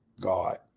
God